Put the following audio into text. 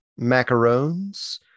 macarons